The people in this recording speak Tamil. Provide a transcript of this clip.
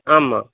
ஆமாம்